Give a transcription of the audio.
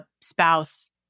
spouse